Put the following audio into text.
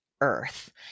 earth